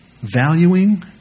valuing